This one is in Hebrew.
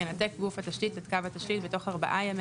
ינתק גוף התשתית את קו התשתית בתוך ארבעה ימי